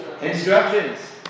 instructions